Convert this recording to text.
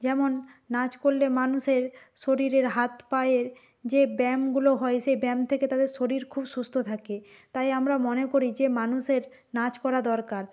যেমন নাচ করলে মানুষের শরীরের হাত পায়ের যে ব্যায়ামগুলো হয় সেই ব্যায়াম থাকে তাদের শরীর খুব সুস্থ থাকে তাই আমরা মনে করি যে মানুষের নাচ করা দরকার